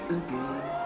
again